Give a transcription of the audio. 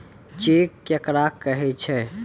Cheque केकरा कहै छै?